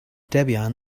debian